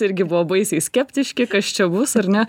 irgi buvo baisiai skeptiški kas čia bus ar ne